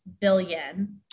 billion